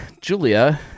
julia